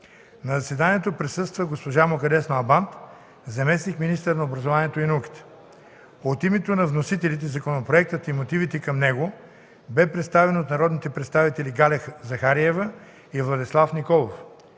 На заседанието присъства госпожа Мукаддес Налбант – заместник-министър на образованието и науката. От името на вносителите законопроектът и мотивите към него беше представен от народните представители Галя Захариева и Владислав Николов.